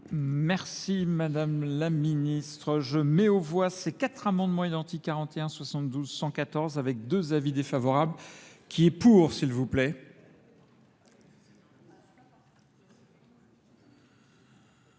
Merci Madame la Ministre. Je mets au voie ces quatre amendements identiques, 41, 72, 114, avec deux avis défavorables, qui est pour, s'il vous plaît.